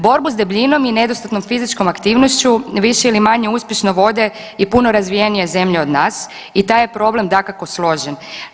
Borbu s debljinom i nedostatnom fizičkom aktivnošću više ili manje uspješno vode i puno razvijenije zemlje od nas i taj je problem dakako složen.